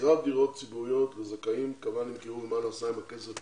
מכירת דירות ציבוריות לזכאים, כמה